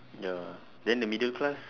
ya then the middle class